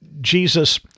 Jesus